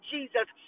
Jesus